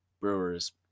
Brewers